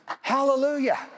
Hallelujah